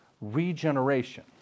regeneration